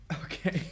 Okay